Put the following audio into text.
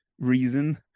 reason